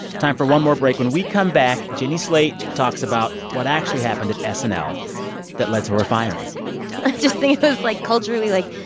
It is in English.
time for one more break. when we come back, jenny slate talks about what actually happened at snl that led to her firing i just think it was, like, culturally, like,